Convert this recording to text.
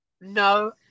No